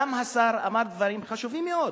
גם השר אמר דברים חשובים מאוד.